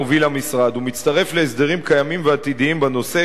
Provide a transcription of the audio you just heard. מוביל ומצטרף להסדרים קיימים ועתידיים בנושא,